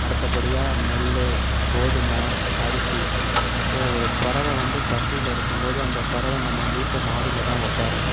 அடுத்தபடியாக நெல் கோதுமை அரிசி ஸோ ஒரு பறவை வந்து பசியில் இருக்கும்போது அந்த பறவை நம்ம வீட்டு மாடில தான் உக்காரும்